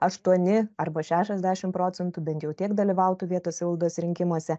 aštuoni arba šešiasdešimt procentų bent jau tiek dalyvautų vietos savivaldos rinkimuose